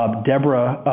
um deborah